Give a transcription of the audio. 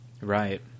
Right